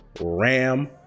RAM